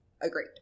Agreed